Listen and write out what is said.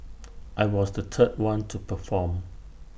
I was the third one to perform